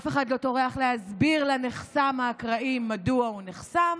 אף לא טורח להסביר לנחסם האקראי מדוע הוא נחסם,